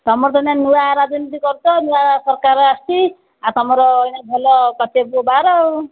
ତମର ତ ଏଇନେ ନୂଆ ରାଜନୀତି କରିଛ ନୂଆ ସରକାର ଆସିଛି ଆଉ ତମର ଏଇନେ ଭଲ କଚେ ପୁଅ ବାର ଆଉ